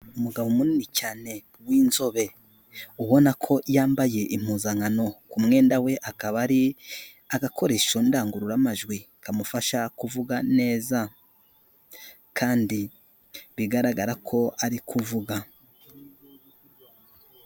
Umugabo munini cyane w'inzobe, ubona ko yambaye impuzankano, ku mwenda we hakaba hari agakoresho ndangururamajwi kamufasha kuvuga neza, kandi bigaragara ko ari kuvuga.